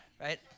right